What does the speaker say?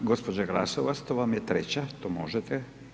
Gospođa Glasovac to vam je treća, to možete.